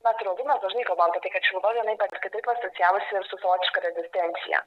mes draudimedažnai kalbam apie tai kad šiluva vienaip ar kitaip asocijavosi ir su savotiška rezistencija